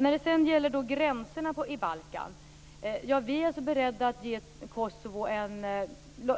När det sedan gäller gränserna i Balkan är vi alltså beredda att ge Kosovo